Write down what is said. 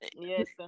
Yes